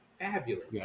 fabulous